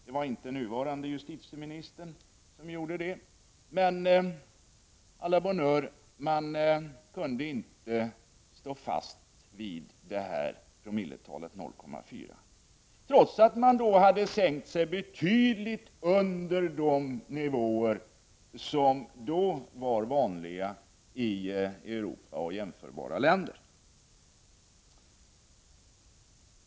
Det var inte nuvarande justitieministern som gjorde det, men, å la bonne heure, man kunde inte stå fast vid promilletalet 0,4, trots att man då hade sänkt promilletalet betydligt under de nivåer som då var vanliga i Europa och jämförbara länder.